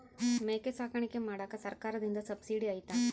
ಮೇಕೆ ಸಾಕಾಣಿಕೆ ಮಾಡಾಕ ಸರ್ಕಾರದಿಂದ ಸಬ್ಸಿಡಿ ಐತಾ?